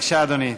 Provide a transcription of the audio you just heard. בבקשה, אדוני.